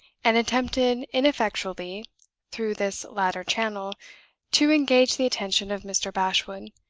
and attempted ineffectually through this latter channel to engage the attention of mr. bashwood,